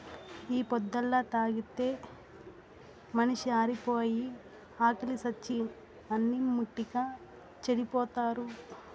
tea పొద్దల్లా తాగితే మనిషి ఆరిపాయి, ఆకిలి సచ్చి అన్నిం ముట్టక చెడిపోతాడు